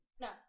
No